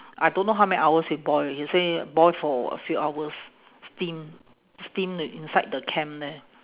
I don't know how many hours he boil he say boil for a few hours steam steam in~ inside the can there